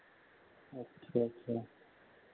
अच्छा अच्छा